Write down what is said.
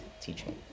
teaching